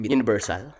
Universal